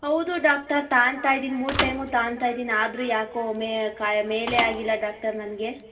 ಹೌದು ಡಾಕ್ಟರ್ ತಾಗನ್ತಾ ಇದೀನಿ ಮೂರು ಟೈಮೂ ತಾಗನ್ತಾ ಇದ್ದೀನಿ ಆದರೂ ಯಾಕೋ ಮೇ ಕಾ ಮೇಲೇ ಆಗಿಲ್ಲ ಡಾಕ್ಟರ್ ನನಗೆ